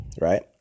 Right